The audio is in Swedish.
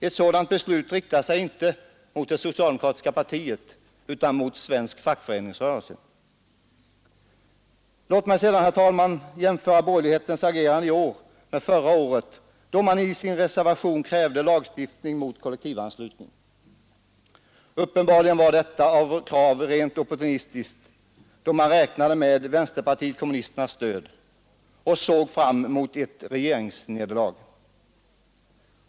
En sådan aktion riktar sig inte mot det socialdemokratiska partiet utan mot svensk fackföreningsrörelse Låt mig sedan, herr talman, jämföra borgerlighetens agerande i år med dess agerande förra året, då man i sin reservation krävde lagstiftning mot kollektivanslutning. Uppenbarligen var detta krav rent opportunistiskt, då man räknade med vänsterpartiet kommunisternas stöd och såg fram mot ett regeringsnederlag.